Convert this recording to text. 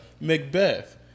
Macbeth